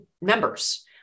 members